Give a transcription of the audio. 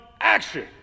Action